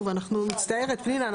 אני מצטערת פנינה,